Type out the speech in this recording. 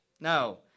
No